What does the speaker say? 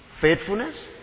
faithfulness